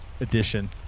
Edition